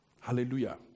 Hallelujah